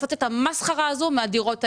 לעשות את המסחרה הזו מהדירות האלה.